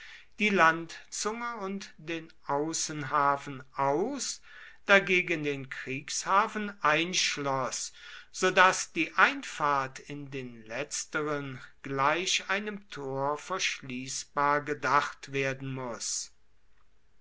die landzunge und den außenhafen aus dagegen den kriegshafen einschloß so daß die einfahrt in den letzteren gleich einem tor verschließbar gedacht werden muß